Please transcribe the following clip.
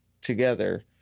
together